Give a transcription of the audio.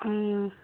ꯎꯝ